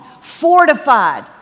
fortified